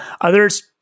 Others